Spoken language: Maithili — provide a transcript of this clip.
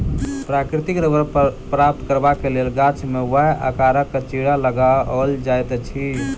प्राकृतिक रबड़ प्राप्त करबाक लेल गाछ मे वाए आकारक चिड़ा लगाओल जाइत अछि